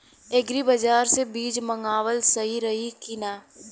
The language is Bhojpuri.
एग्री बाज़ार से बीज मंगावल सही रही की ना?